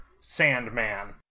Sandman